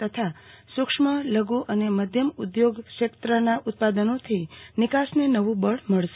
તથા સુક્ષ્મ લાગુ અને માધ્યમ ઉદ્યોગ ક્ષેત્રના ઉત્પાદનોથી નિકાસને નવું બળ મળશે